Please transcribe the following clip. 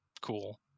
cool